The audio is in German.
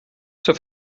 zur